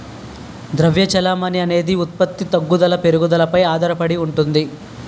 ద్రవ్య చెలామణి అనేది ఉత్పత్తి తగ్గుదల పెరుగుదలపై ఆధారడి ఉంటుంది